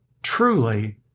Truly